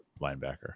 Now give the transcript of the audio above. linebacker